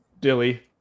Dilly